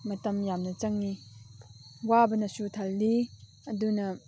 ꯃꯇꯝ ꯌꯥꯝꯅ ꯆꯪꯉꯤ ꯋꯥꯕꯅꯁꯨ ꯊꯜꯂꯤ ꯑꯗꯨꯅ